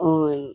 on